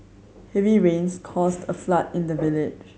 heavy rains caused a flood in the village